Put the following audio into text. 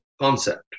concept